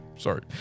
Sorry